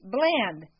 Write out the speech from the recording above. Bland